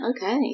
Okay